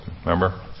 Remember